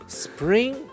spring